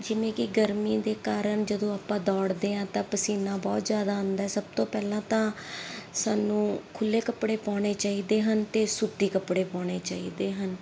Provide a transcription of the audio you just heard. ਜਿਵੇਂ ਕਿ ਗਰਮੀ ਦੇ ਕਾਰਨ ਜਦੋਂ ਆਪਾਂ ਦੌੜਦੇ ਹਾਂ ਤਾਂ ਪਸੀਨਾ ਬਹੁਤ ਜ਼ਿਆਦਾ ਆਉਂਦਾ ਸਭ ਤੋਂ ਪਹਿਲਾਂ ਤਾਂ ਸਾਨੂੰ ਖੁੱਲ੍ਹੇ ਕੱਪੜੇ ਪਾਉਣੇ ਚਾਹੀਦੇ ਹਨ ਅਤੇ ਸੂਤੀ ਕੱਪੜੇ ਪਾਉਣੇ ਚਾਹੀਦੇ ਹਨ